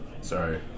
Sorry